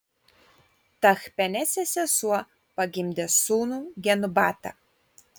tachpenesės sesuo pagimdė sūnų genubatą